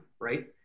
Right